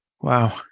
Wow